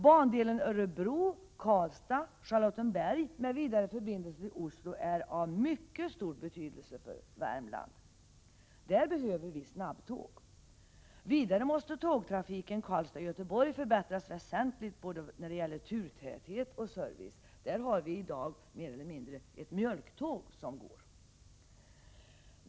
Bandelen Örebro-Karlstad-Charlottenberg med vidareförbindelse till Oslo är av mycket stor betydelse för Värmland. Där behöver vi snabbtåg. Vidare måste tågtrafiken Karlstad-Göteborg förbättras väsentligt både när det gäller turtäthet och service. Där har vi i dag mer eller mindre ett mjölktåg.